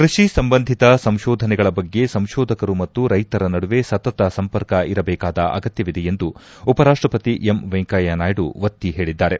ಕ್ಷಷಿ ಸಂಬಂಧಿತ ಸಂಶೋಧನೆಗಳ ಬಗ್ಗೆ ಸಂಶೋಧಕರು ಮತ್ತು ರೈತರ ನಡುವೆ ಸತತ ಸಂಪರ್ಕ ಇರಬೇಕಾದ ಅಗತ್ಯವಿದೆ ಎಂದು ಉಪ ರಾಷ್ಟಪತಿ ಎಂ ವೆಂಕಯ್ಚ ನಾಯ್ಡು ಒತ್ತಿ ಹೇಳಿದ್ದಾರೆ